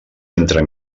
entre